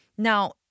Now